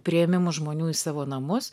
priėmimu žmonių į savo namus